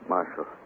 Marshal